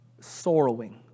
sorrowing